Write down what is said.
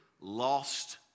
lost